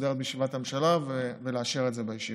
מסודרת בישיבת הממשלה ולאשר את זה בישיבה.